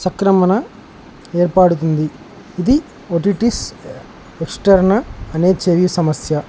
సక్రమణ ఏర్పడుతుంది ఇది otitis externa అనే చెవి సమస్య